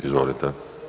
Izvolite.